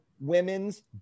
women's